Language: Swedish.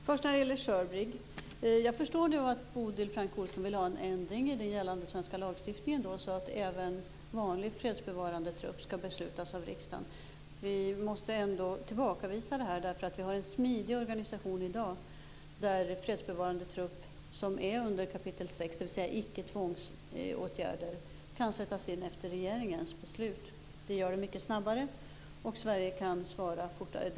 Fru talman! Först SHIRBRIG. Jag förstår att Bodil Francke Ohlsson vill ha en ändring i den svenska lagstiftningen så att även frågan om en vanlig fredsbevarande trupp skall beslutas av riksdagen. Vi måste ändå tillbakavisa det därför att vi har en smidig organisation i dag som innebär att fredsbevarande trupp under kapitel 6, dvs. icke tvångsåtgärder, kan sättas in efter regeringens beslut. Det gör det mycket snabbare, och Sverige kan svara fortare.